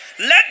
Let